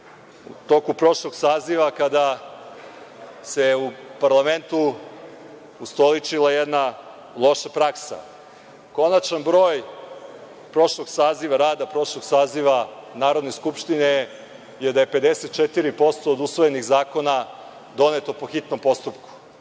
toku prošlog saziva kada se u parlamentu ustoličila jedna loša praksa. Konačan broj prošlog saziva rada Narodne skupštine jeste da 54% od usvojenih zakona jeste doneto po hitnom postupku.